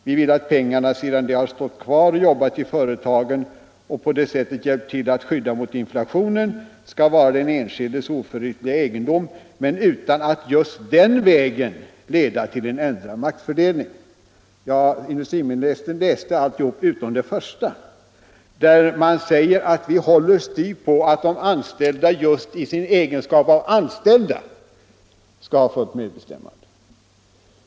Vi vill att pengarna sedan de har stått kvar och jobbat i företagen och på det sättet hjälpt till att skydda mot inflationen ska vara den enskildes oförytterliga egendom men utan att just den vägen leda till en ändrad maktfördelning.” Ja, industriministern läste alltihop, utom det första, där herr Helén säger att vi håller styvt på att de anställda just i sin egenskap av anställda skall ha fullt medbestämmande.